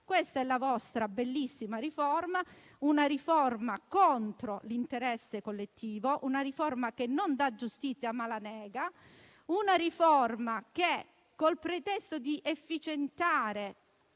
Questa è la vostra bellissima riforma, che è contro l'interesse collettivo; una riforma che non dà giustizia, ma la nega; una riforma che, con il pretesto di efficientare